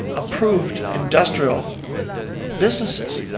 approved industrial businesses.